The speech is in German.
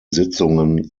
sitzungen